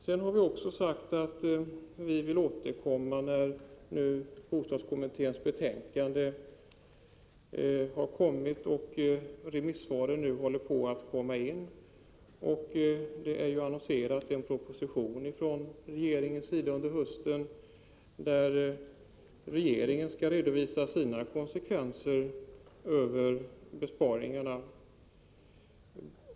Sedan har vi sagt att vi vill återkomma när bostadskommitténs betänkande är klart och remissvaren kommit in. Regeringen har ju också meddelat att det under hösten kommer att läggas fram en proposition, där regeringen ämnar redovisa konsekvenserna när det gäller besparingarna.